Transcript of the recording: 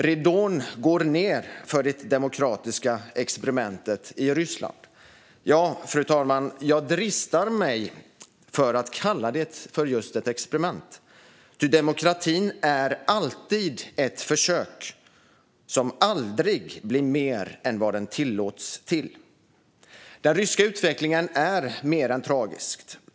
Ridån går ned för det demokratiska experimentet i Ryssland. Ja, fru talman, jag dristar mig till att kalla det för just ett experiment. Ty demokratin är alltid ett försök som aldrig blir mer än vad den tillåts bli. Den ryska utvecklingen är mer än tragisk.